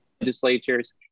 legislatures